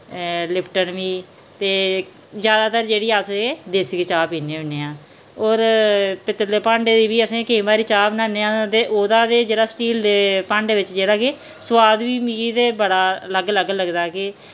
Lipton बी ते जैदातर जेह्ड़ी अस ऐ देसी गै चाह् पीन्ने होन्ने आं और पित्तल दे भांडे दी बी अस केईं बारी चाह् बनान्ने आं ते उ'दा ते जेह्ड़ा स्टील दे भांडे बिच जेह्ड़ा कि सुआद बी मिकी ते बड़ा अलग अलग लगदा कि